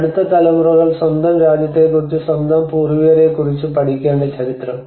അടുത്ത തലമുറകൾ സ്വന്തം രാജ്യത്തെക്കുറിച്ച് സ്വന്തം പൂർവ്വികരെക്കുറിച്ച് പഠിക്കേണ്ട ചരിത്രം